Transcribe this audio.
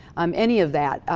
um any of that.